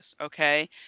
okay